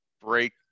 break